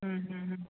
ಹ್ಞೂ ಹ್ಞೂ ಹ್ಞೂ